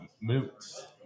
Moots